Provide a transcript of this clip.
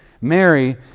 Mary